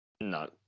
No